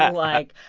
like,